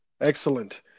Excellent